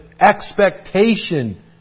expectation